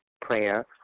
prayer